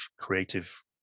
creative